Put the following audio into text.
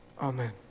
Amen